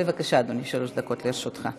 בבקשה, אדוני, שלוש דקות לרשותך.